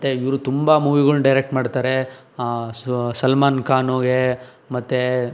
ಮತ್ತೆ ಇವರು ತುಂಬ ಮೂವಿಗಳನ್ನು ಡೈರೆಕ್ಟ್ ಮಾಡ್ತಾರೆ ಸಲ್ಮಾನ್ ಖಾನ್ಗೆ